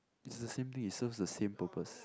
it is the same thing it serve the same purpose